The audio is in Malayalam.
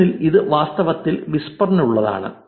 3 ൽ ഇത് വാസ്തവത്തിൽ വിസ്പർനുള്ളതാണ്